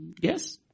Yes